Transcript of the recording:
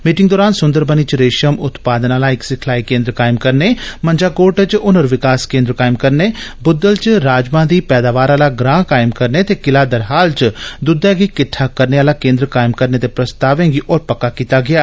meeting दौरान सुंदरबनी च रेशम उत्पादन आह्ला इक सिखलाई केन्द्र कायम करने मंझाकोट च हुनर विकास केन्द्र कायम करने ब्रुद्धल च राजमाह दी पैदावार आहला ग्रां कायम करने ते किला दरहाल च दुद्धै गी किट्ठा करने आहला केन्द्र कायम करने दे प्रस्तावे गी होर पक्का कीता गेआ